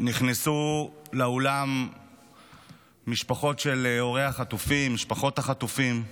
נכנסו לאולם הורי החטופים, משפחות החטופים.